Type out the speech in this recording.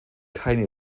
keine